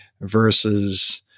versus